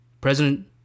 President